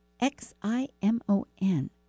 X-I-M-O-N